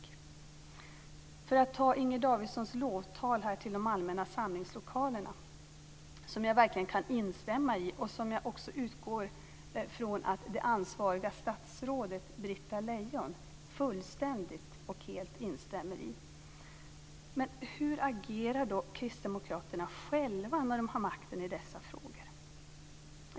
Låt mig som exempel ta Inger Davidsons lovtal här till de allmänna samlingslokalerna, som jag verkligen kan instämma i och som jag också utgår från att det ansvariga statsrådet Britta Lejon helt och hållet instämmer i. Men hur agerar kristdemokraterna själva när de har makten i dessa frågor?